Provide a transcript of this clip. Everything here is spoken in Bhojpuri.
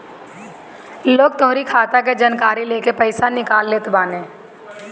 लोग तोहरी खाता के जानकारी लेके पईसा निकाल लेत बाने